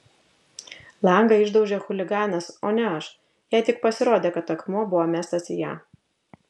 langą išdaužė chuliganas o ne aš jai tik pasirodė kad akmuo buvo mestas į ją